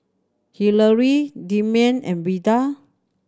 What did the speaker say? Hillary Demian and Veda